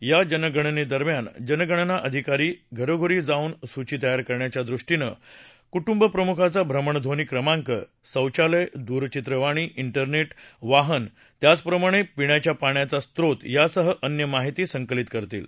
या जन गणनेदरम्यान जनगणना कर्मचारी घरोघरी जाऊन सूची तयार करण्याच्या दृष्टीनं कूटुंबप्रमुखाचा भ्रमणध्वनी क्रमांक शौचालय दूरचित्रवाणी इंटरनेट वाहन त्याचप्रमाणे पिण्याच्या पाण्याचा स्रोत यासह अन्य माहिती संकलित करतील